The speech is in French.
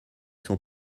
sont